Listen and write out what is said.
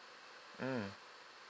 mm